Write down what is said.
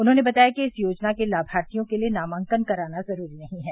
उन्होंने बताया कि इस योजना के लाभार्थियों के लिए नामांकन कराना जरूरी नहीं है